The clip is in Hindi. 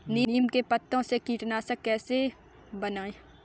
नीम के पत्तों से कीटनाशक कैसे बनाएँ?